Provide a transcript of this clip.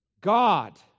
God